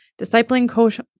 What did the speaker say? Discipling